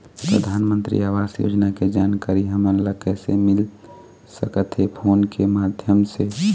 परधानमंतरी आवास योजना के जानकारी हमन ला कइसे मिल सकत हे, फोन के माध्यम से?